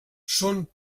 són